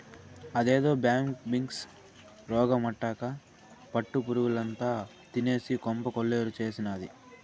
అదేదో బ్యాంబిక్స్ రోగమటక్కా పట్టు పురుగుల్నంతా తినేసి కొంప కొల్లేరు చేసినాది